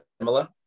similar